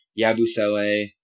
Yabusele